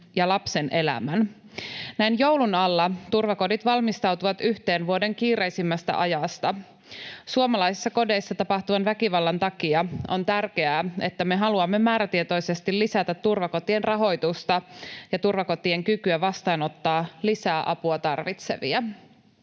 ja ‑lapsen elämän. Näin joulun alla turvakodit valmistautuvat yhteen vuoden kiireisimmästä ajoista. Suomalaisissa kodeissa tapahtuvan väkivallan takia on tärkeää, että me haluamme määrätietoisesti lisätä turvakotien rahoitusta ja turvakotien kykyä vastaanottaa lisää apua tarvitsevia.